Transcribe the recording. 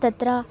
तत्र